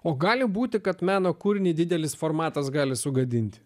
o gali būti kad meno kūrinį didelis formatas gali sugadinti